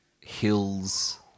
hills